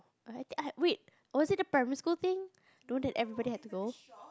(err)ya wait was it a primary school thing don't that everybody have to go